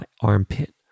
armpit